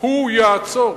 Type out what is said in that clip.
הוא יעצור,